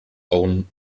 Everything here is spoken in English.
own